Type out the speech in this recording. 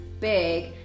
big